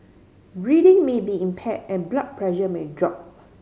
breathing may be impair and blood pressure may drop